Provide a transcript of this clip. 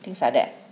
things like that